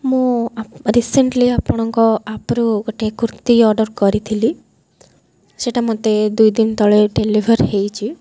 ମୁଁ ରିସେଣ୍ଟଲି ଆପଣଙ୍କ ଆପ୍ରୁ ଗୋଟେ କୁର୍ତ୍ତୀ ଅର୍ଡ଼ର୍ କରିଥିଲି ସେଇଟା ମୋତେ ଦୁଇଦିନ ତଳେ ଡେଲିଭର୍ ହେଇଛି